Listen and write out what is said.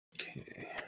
Okay